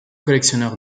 collectionneur